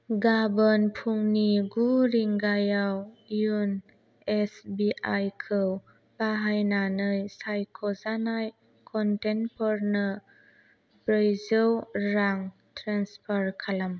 गाबोन फुंनि गु रिंगायाव य'न' एस बि आइ खौ बाहायनानै सायख'जानाय क'नटेक्टफोरनो ब्रैजौ रां ट्रेन्सफार खालाम